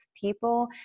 people